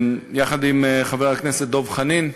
יחד עם חבר הכנסת דב חנין,